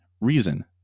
reason